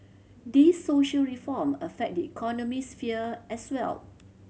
these social reform affect the economic sphere as well